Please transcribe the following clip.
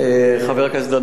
חבר הכנסת דנון,